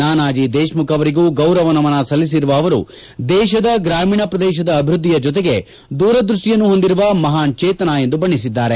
ನಾನಾಜಿ ದೇಶ್ಮುಖ್ ಅವರಿಗೂ ಗೌರವ ನಮನ ಸಲ್ಲಿಸಿರುವ ಅವರು ದೇಶದ ಗ್ರಾಮೀಣ ಪ್ರದೇಶದ ಅಭಿವ್ಬದ್ದಿಯ ಜತೆಗೆ ದೂರದ್ಭಷ್ಟಿಯನ್ನು ಹೊಂದಿರುವ ಮಹಾನ್ ಚೇತನ ಎಂದು ಬಣ್ಣಿಸಿದ್ದಾರೆ